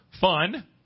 fun